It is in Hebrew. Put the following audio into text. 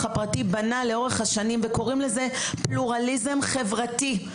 הפרטי בנה לאורך השנים וקוראים לזה פלורליזם חברתי.